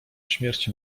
śmierci